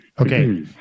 Okay